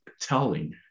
telling